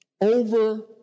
over